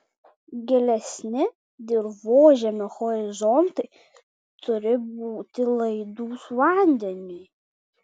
gilesni dirvožemio horizontai turi būti laidūs vandeniui